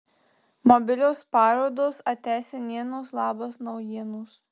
mobilios parodos atia senienos labas naujienos